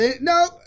no